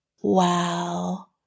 Wow